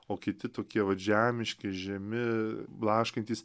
o kiti tokie vat žemiški žemi blaškantys